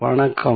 வணக்கம்